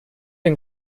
and